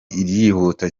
irihuta